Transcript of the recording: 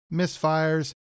misfires